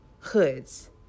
hoods